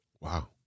wow